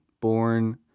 born